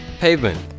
pavement